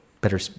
better